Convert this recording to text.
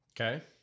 okay